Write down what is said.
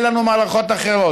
כי אין לנו מערכות אחרות.